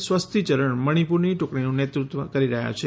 સ્વસ્તીચરણ મણિપુરની ટુકડીનું નેતૃત્વ કરી રહ્યા છે